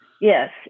Yes